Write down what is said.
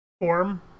form